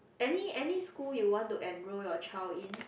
any any school you want to enrol your child in